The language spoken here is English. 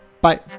Bye